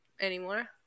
anymore